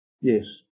Yes